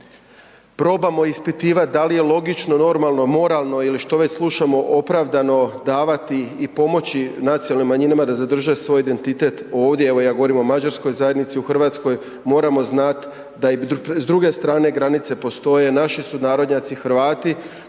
probamo ispitivati da li je logično, normalno, moralno ili što već slušamo opravdano davati i pomoći nacionalnim manjinama da zadrže svoj identitet ovdje, evo ja govorim o mađarskoj zajednici u Hrvatskoj, moramo znati da i s druge strane granice postoje naši sunarodnjaci Hrvati